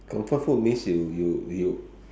comfort food means you you you